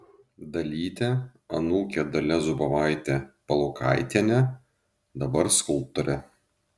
dalytė anūkė dalia zubovaitė palukaitienė dabar skulptorė